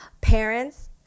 Parents